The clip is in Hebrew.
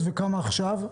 וכמה עכשיו?